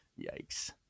Yikes